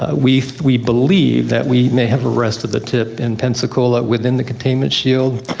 ah we we believe that we may have arrested the tip in pensacola within the containment shield.